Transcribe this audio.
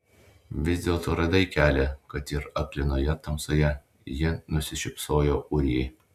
vis dėlto radai kelią kad ir aklinoje tamsoje ji nusišypsojo ūrijai